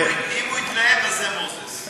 אם הוא התלהב, זה מוזס.